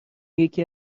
یکی